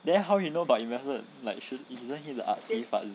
then how he know about investment like shouldn't isn't he the artsy-fartsy